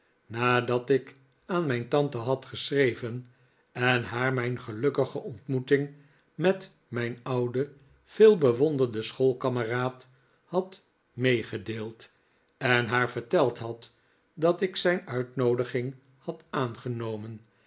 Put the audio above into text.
nadat ik aan mijn tante had geschreven en haar mijn gelukkige ontmoeting met mijn ouden veel bewonderden schoolkameraad had meegedeeld en haar verteld had dat ik zijn uitnoodiging had aangenomen